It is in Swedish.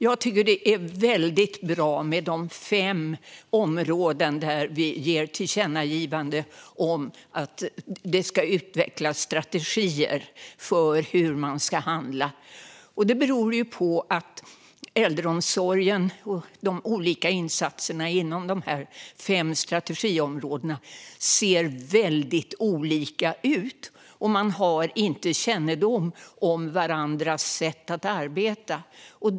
Jag tycker att det är väldigt bra med de fem områden där vi föreslår tillkännagivanden om att det ska utvecklas strategier för hur man ska handla. Det beror på att äldreomsorgen och de olika insatserna inom de fem strategiområdena ser väldigt olika ut. Man har inte kännedom om varandras sätt att arbeta.